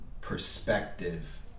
perspective